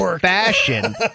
fashion